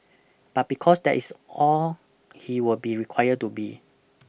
but because that is all he will be require to be